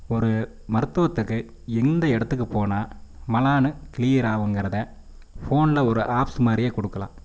ஒரு மருத்துவத்துக்கு எந்த இடத்துக்கு போனால் மலான்னு கிளியர் ஆகுங்கிறத ஃபோனில் ஒரு ஆப்ஸ் மாதிரியே கொடுக்குலாம்